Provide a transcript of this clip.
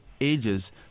ages